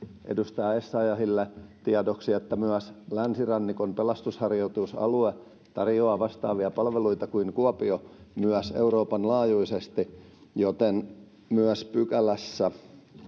edustaja essayahille tiedoksi että myös länsirannikon pelastusharjoitusalue tarjoaa vastaavia palveluita kuin kuopio myös euroopan laajuisesti joten pitäisikö viidennessäkymmenennessäviidennessä pykälässä